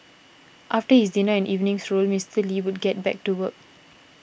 after his dinner and evening stroll Mister Lee would get back to work